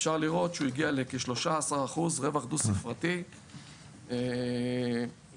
אפשר לראות שהוא הגיע לכ-13% רווח דו-ספרתי של הספקים,